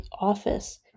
office